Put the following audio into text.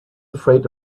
afraid